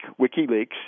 WikiLeaks